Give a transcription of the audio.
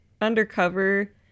undercover